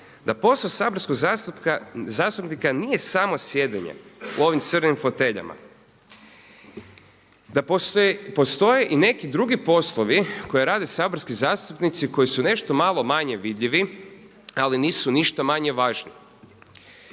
da posao saborskog zastupnika nije samo sjedenje u ovim crvenim foteljama, da postoje i neki drugi poslovi koje rade saborski zastupnici koji su nešto malo manje vidljivi, ali nisu ništa manje važni.